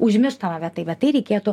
užmirštam apie tai bet tai reikėtų